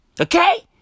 Okay